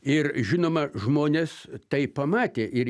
ir žinoma žmonės tai pamatė ir